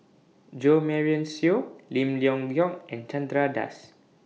Jo Marion Seow Lim Leong Geok and Chandra Das